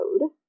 code